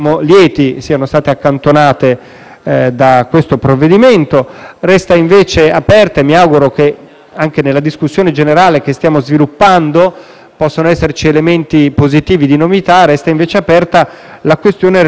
da questo provvedimento. Resta, invece, aperta - mi auguro che anche nella discussione generale che stiamo sviluppando possano esserci elementi positivi di novità - la questione relativa all'aeroporto